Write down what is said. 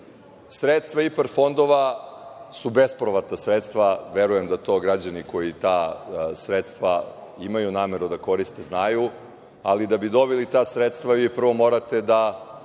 očekuju. Sredstva IPARD fondova su bespovratna sredstva i verujem da to građani koji ta sredstva imaju nameru da koriste znaju, ali da bi dobili ta sredstva vi prvo morate da